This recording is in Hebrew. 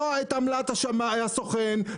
לא עמלת הסוכן,